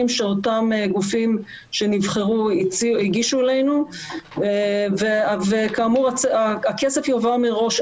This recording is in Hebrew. שאותם גופים שנבחרו הגישו אלינו וכאמור הכסף יועבר מראש,